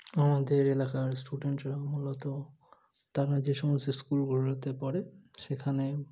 আমাদের এলাকার স্টুডেন্টরা মূলত তারা যে সমস্ত স্কুলগুলোতে পড়ে সেখানে